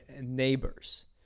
neighbors